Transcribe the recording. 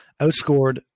outscored